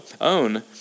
own